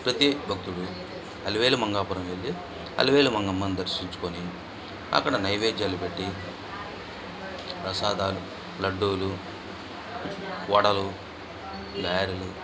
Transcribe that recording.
ప్రతి భక్తుడు అలివేలు మంగాపురం వెళ్ళి అలివేలి మంగమ్మను దర్శించుకొని అక్కడ నైవేధ్యాలు పెట్టి ప్రసాదాలు లడ్లు వడలు గారెలు